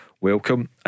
welcome